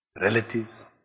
relatives